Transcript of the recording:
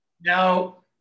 No